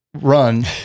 run